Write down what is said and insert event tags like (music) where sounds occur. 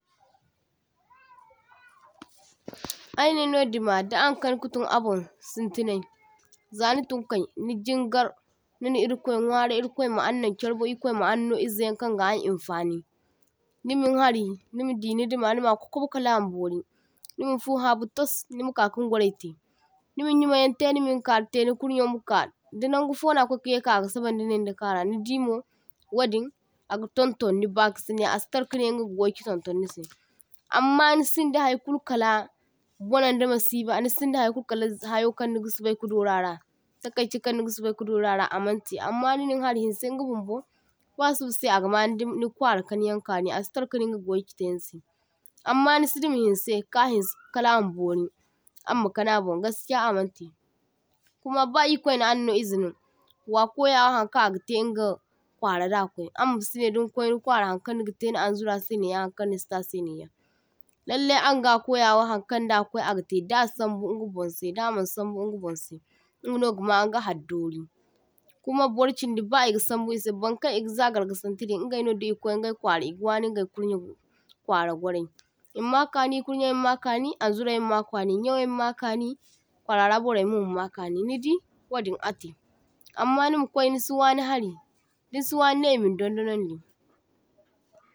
(noise) toh – toh Ay nin no dima, da aŋ kani katun abon sintinai za ni tunkai, ni jingar nini irkwai nwarai irkwai ma aŋnaŋ charbon, irkwai ma an no izeyan kaŋ ka an infani, nimin hari nidi ni dima nima kwakwabe kala ma bori, nimin fu habu tas nima ka kin gwarai te, nimin yumaiyaŋ te nimin karu te ni kurnyo ma kar, di naŋgu fo na kwai ka yeka aga sabaŋ da nin ni kara, ni dimo wadin aga tonton ni bakasinai asi tara kaŋe in ga waiche tuntun nise. Amma nisinda haikulu kala bonaŋ da masiba ni sinda hai kulu kala z hayo kaŋ niga sobai ka doru ara, takaichi kaŋ niga sobai ka doru ara amaŋ te, amma ninin hari hinse inga bumbo ba suba se aga ni dim ni kwara kaŋiyaŋ kaŋi asi tar kaŋe inga ga waiche te nise. Amma nisi dima hinse ka hinse kala amam bori am ma kaŋi abon gaskiya amaŋ te, kuma ba irkwai na aŋno ize no, wa koyawa haŋkaŋ aga te inga kwara ra da akwai, ammasi ne dinkwai ni kwara haŋkaŋ negate ni anzura se neya haŋkaŋ nisi ta se neya, lallai anga koyawa haŋkaŋ da akwai aga te, da a sambu inga bonse da maŋ sambu inga bonse, ingaŋo gama inga hari dori. Kuma borchindi ba iga sambu isi baŋkaŋ iga za gargasaŋte din ingaino da Ikwai ingai kwara iga waŋi ingai kurnye kwara gwarai, imma kaŋi kurnye ma ma kaŋi aŋzurai ma ma kaŋi, nyawai ma ma kani kwarara borai mo ma ma kaŋi, nidi wadin ate amma nima kwai nisi waŋi hari dinsi waŋi ne imin dondonaŋ di.